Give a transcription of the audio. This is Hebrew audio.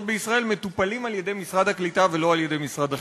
בישראל מטופלים על-ידי משרד העלייה והקליטה ולא על-ידי משרד החינוך.